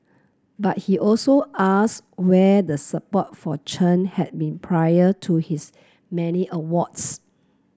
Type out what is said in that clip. but he also ask where the support for Chen had been prior to his many awards